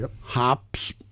Hop's